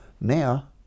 Now